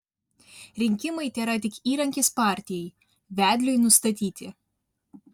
rinkimai tėra tik įrankis partijai vedliui nustatyti